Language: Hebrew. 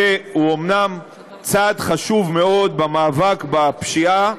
הוא אומנם צעד חשוב מאוד במאבק בפשיעה,